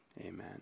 Amen